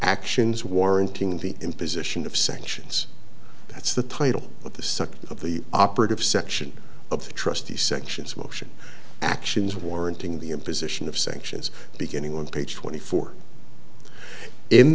actions warranting the imposition of sanctions that's the title of the subject of the operative section of the trustee sections motion actions warranting the imposition of sanctions beginning on page twenty four in